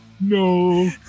No